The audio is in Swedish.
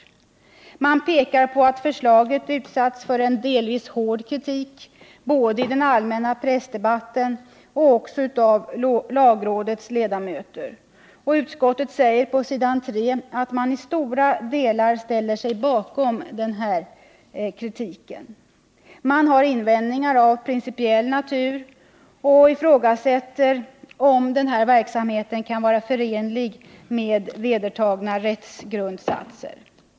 Utskottet pekar på att förslaget utsatts för en delvis hård kritik både i den allmänna pressdebatten och av lagrådets ledamöter. Utskottet säger på s. 3 att man i stora delar ställer sig bakom denna kritik. Man har invändningar av principiell natur och ifrågasätter om denna verksamhet kan vara förenlig med vedertagna rättsgrundsatser.